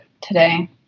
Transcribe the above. today